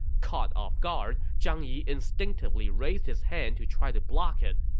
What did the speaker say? caught off guard, zhang yi instinctively raised his hand to try to block it.